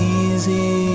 easy